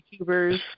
YouTubers